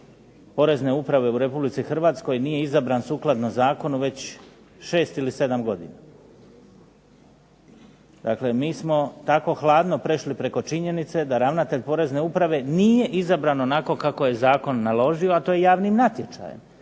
Porezne uprave u Republici Hrvatskoj nije izabran sukladno zakonu već 6 ili 7 godina. Dakle, mi smo tako hladno prešli preko činjenice da ravnatelj Porezne uprave nije izabran onako kako je zakon naložio, a to je javnim natječajem